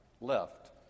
left